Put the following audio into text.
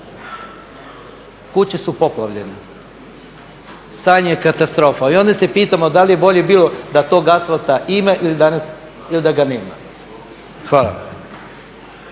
kuće su poplavljene, stanje je katastrofa. I onda se pitamo da li je bolje bilo da tog asfalta ima ili da ga nema. Hvala.